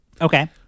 Okay